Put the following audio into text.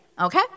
okay